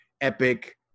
epic